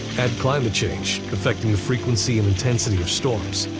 add climate change, affecting the frequency and intensity of storms.